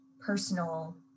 personal